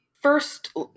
First